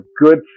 good